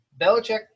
Belichick